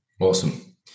Awesome